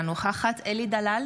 אינה נוכחת אלי דלל,